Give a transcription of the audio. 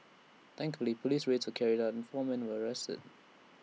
thankfully Police raids were carried out and four men were arrested